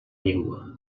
llengua